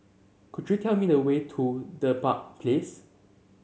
could you tell me the way to Dedap Place